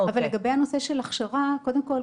לגבי הנושא של הכשרה: קודם כל,